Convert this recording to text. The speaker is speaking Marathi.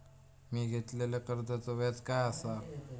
मी घेतलाल्या कर्जाचा व्याज काय आसा?